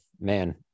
man